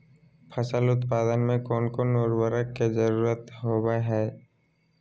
फसल उत्पादन में कोन कोन उर्वरक के जरुरत होवय हैय?